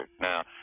Now